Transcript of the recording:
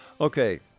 Okay